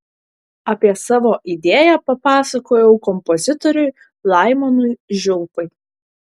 apie savo idėją papasakojau kompozitoriui laimonui žiulpai